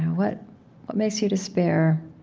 what what makes you despair?